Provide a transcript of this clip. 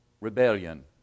rebellion